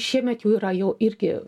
šiemet jų yra jau irgi